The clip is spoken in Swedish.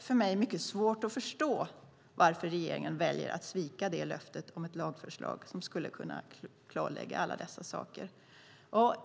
För mig är det svårt att förstå varför regeringen väljer att svika löftet om ett lagförslag som skulle kunna klarlägga alla dessa saker.